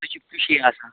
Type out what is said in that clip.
یہِ چھِ خوشی آسان